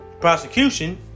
prosecution